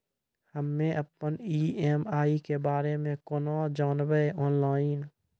हम्मे अपन ई.एम.आई के बारे मे कूना जानबै, ऑनलाइन?